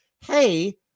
hey